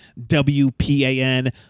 WPAN